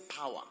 power